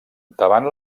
davant